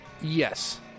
Yes